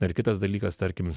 na ir kitas dalykas tarkim